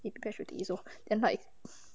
she prepares already so then like